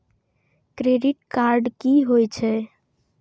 Credit card की होय छै?